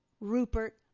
Rupert